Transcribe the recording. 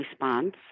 response